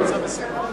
הכנסת,